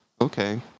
okay